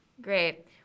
Great